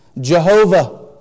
Jehovah